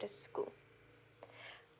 the school